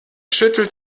schüttelt